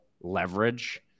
leverage